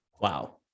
Wow